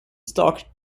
stock